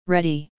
Ready